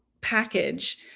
package